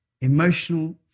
Emotional